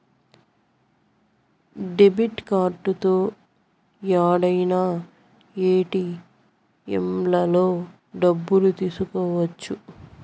debit కార్డుతో యాడైనా ఏటిఎంలలో డబ్బులు తీసుకోవచ్చు